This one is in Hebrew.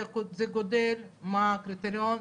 זה גדל מה הקריטריון,